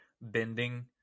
bending